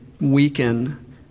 weaken